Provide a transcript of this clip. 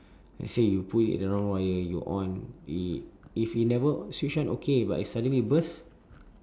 let's say you put it a wrong wire you on i~ if you never switch on okay but it suddenly burst